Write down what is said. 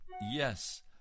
yes